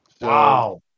wow